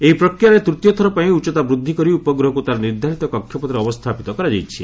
ଏହି ପ୍ରକ୍ରିୟାରେ ତୂତୀୟଥର ପାଇଁ ଉଚ୍ଚତା ବୃଦ୍ଧି କରି ଉପଗ୍ରହକୁ ତା'ର ନିର୍ଦ୍ଧାରିତ କକ୍ଷପଥରେ ଅବସ୍ଥାପିତ କରାଯାଇଛି